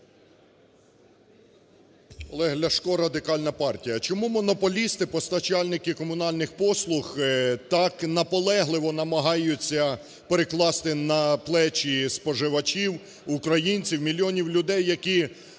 Олег Ляшко, Радикальна партія. Чому монополісти, постачальники комунальних послуг, так наполегливо намагаються перекласти на плечі споживачів-українців, мільйонів людей, які